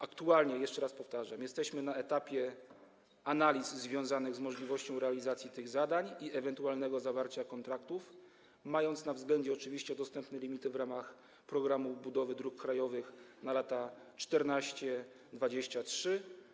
Aktualnie, jeszcze raz powtarzam, jesteśmy na etapie analiz związanych z możliwością realizacji tych zadań i ewentualnego zawarcia kontraktów, mając na względzie oczywiście dostępne limity w ramach „Programu budowy dróg krajowych na lata 2014-2023”